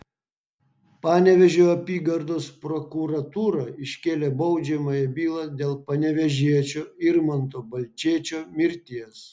panevėžio apygardos prokuratūra iškėlė baudžiamąją bylą dėl panevėžiečio irmanto balčėčio mirties